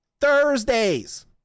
Thursdays